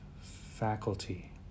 faculty